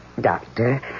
Doctor